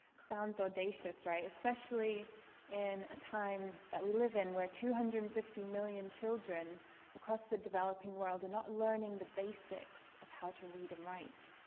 sounds audacious, right. especially in a time that we live in where two hundred and fifteen million children across the developing world are not learning the basics of how to read and write.